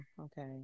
okay